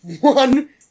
one